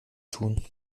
tun